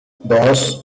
dos